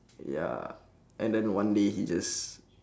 ya and then one day he just